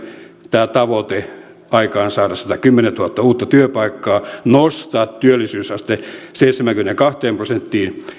tämä tavoite aikaansaada satakymmentätuhatta uutta työpaikkaa ja nostaa työllisyysaste seitsemäänkymmeneenkahteen prosenttiin